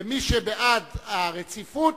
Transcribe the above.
ומי שבעד הרציפות